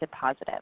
positive